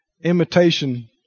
imitation